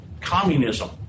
Communism